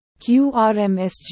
QRMSG